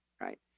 Right